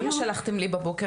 למה שלחתם לי את זה בבוקר?